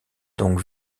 donc